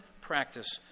practice